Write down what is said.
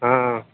ହଁ